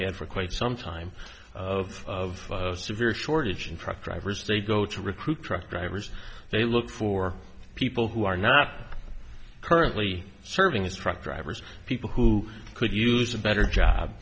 had for quite some time of severe shortage in front drivers they go to recruit truck drivers they look for people who are not currently serving as truck drivers people who could use a better job